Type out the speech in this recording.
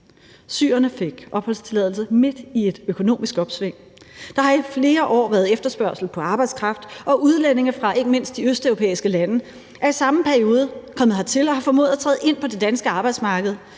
Syrerne fik opholdstilladelse midt i et økonomisk opsving. Der har i flere år været efterspørgsel på arbejdskraft, og udlændinge fra ikke mindst de østeuropæiske lande er i samme periode kommet hertil og har formået at træde ind på det danske arbejdsmarked,